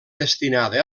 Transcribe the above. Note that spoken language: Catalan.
destinada